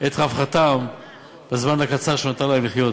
את רווחתם בזמן הקצר שנותר להם לחיות.